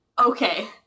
Okay